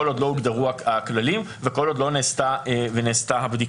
כל עוד לא הוגדרו הכללים וכל עוד לא נעשתה הבדיקה,